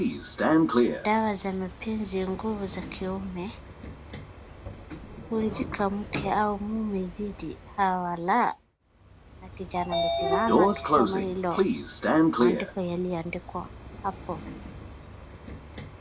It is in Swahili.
dawa za mapenzi, nguvu za kiume, kumfunga mume au mke hawa la mwandiko yalioandikwa hapo